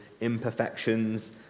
imperfections